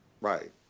Right